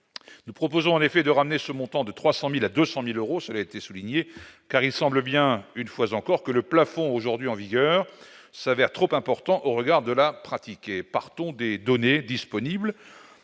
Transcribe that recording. Nous proposons en effet de ramener ce montant de 300 000 à 200 000 euros, ce qui a été souligné : il semble bien, une fois encore, que le plafond en vigueur se révèle trop important au regard de la pratique. Partons des données disponibles.